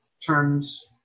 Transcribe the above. turns